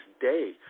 day